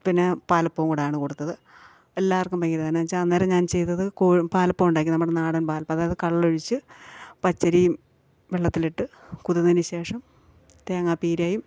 പിന്നെ പാലപ്പവും കൂടാണ് കൊടുത്തത് എല്ലാവർക്കും ഭയങ്കരിത് എന്നാച്ചാൽ അന്നേരം ഞാൻ ചെയ്തത് പാലപ്പമാണ് ഉണ്ടാക്കിയത് ഞാൻ പറഞ്ഞു നാടൻ പാലപ്പം അതായത് കള്ളൊഴിച്ച് പച്ചരിയും വെള്ളത്തിലിട്ട് കുതിർന്നതിന് ശേഷം തേങ്ങാപ്പീരായും